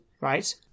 right